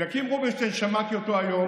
שמעתי היום